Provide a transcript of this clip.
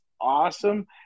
awesome